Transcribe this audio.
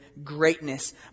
greatness